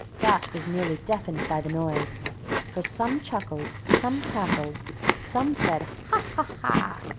dot was nearly deafened by the noise for some chuckled, some cackled some said, ha! ha!